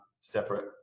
separate